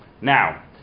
Now